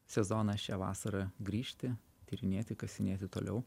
sezoną šią vasarą grįžti tyrinėti kasinėti toliau